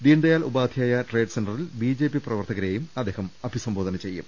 Deendayal Upadhyaya trade സെന്ററിൽ BJP പ്രവർത്തകരെ അദ്ദേഹം അഭിസംബോധന ചെയ്യും